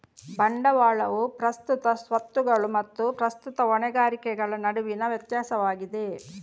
ಬಂಡವಾಳವು ಪ್ರಸ್ತುತ ಸ್ವತ್ತುಗಳು ಮತ್ತು ಪ್ರಸ್ತುತ ಹೊಣೆಗಾರಿಕೆಗಳ ನಡುವಿನ ವ್ಯತ್ಯಾಸವಾಗಿದೆ